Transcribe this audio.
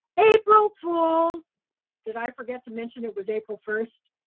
april fools did i forget to mention it was april first?